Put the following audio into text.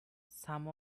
some